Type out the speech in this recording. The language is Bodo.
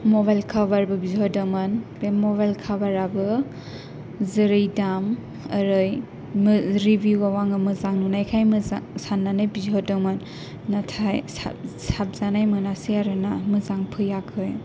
मबायल कबार बो बिहरदोंमोन बे मुबायल कबाराबो जेरै दाम ओरै रिबिउ आव आङो मोजां मोननायखाय मोजां सान्नानै बिहरदोंमोन नाथाय साबजानाय मोनासै आरो ना मोजां फैयाखै